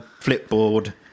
flipboard